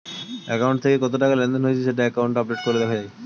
account থেকে কত টাকা লেনদেন হয়েছে সেটা অ্যাকাউন্ট আপডেট করলে দেখা যায়